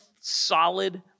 solid